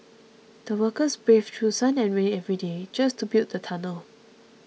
the workers braved through sun and rain every day just to build the tunnel